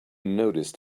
noticed